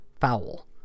foul